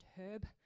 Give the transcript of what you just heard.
herb